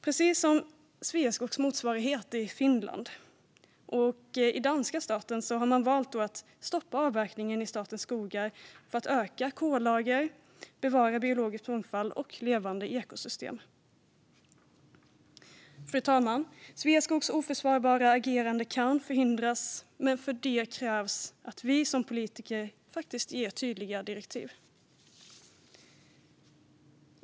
Precis som Sveaskogs motsvarighet i Finland har den danska staten valt att stoppa avverkningen av statens skogar för att öka kollager och bevara biologisk mångfald och levande ekosystem. Fru talman! Sveaskogs oförsvarbara agerande kan förhindras, men för detta krävs att vi som politiker ger tydliga direktiv.